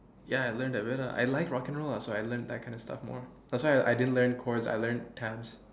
ya I learnt that way lah I like rock and roll lah so I learnt that kinda stuff more that's why I didn't learn chords I learnt tabs